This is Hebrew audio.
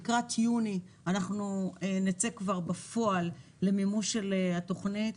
לקראת יוני אנחנו נצא כבר בפועל למימוש של התוכנית,